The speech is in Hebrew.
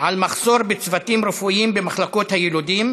על מחסור בצוותים רפואיים במחלקות היילודים,